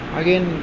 again